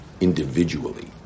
individually